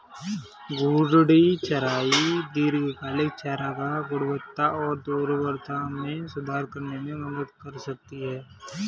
घूर्णी चराई दीर्घकालिक चारागाह गुणवत्ता और उर्वरता में सुधार करने में मदद कर सकती है